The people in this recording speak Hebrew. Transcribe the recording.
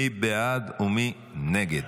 מי בעד ומי נגד.